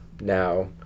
now